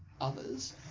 others